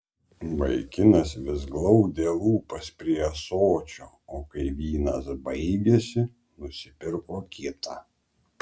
vaikinas vis glaudė lūpas prie ąsočio o kai vynas baigėsi nusipirko kitą